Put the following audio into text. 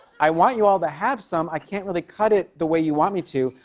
i want you all to have some. i can't really cut it the way you want me to.